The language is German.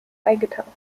eingetaucht